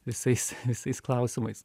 visais visais klausimais